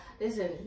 Listen